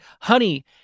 Honey